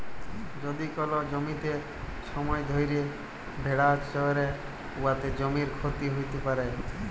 যদি কল জ্যমিতে ছময় ধ্যইরে ভেড়া চরহে উয়াতে জ্যমির ক্ষতি হ্যইতে পারে